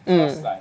mm